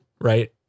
Right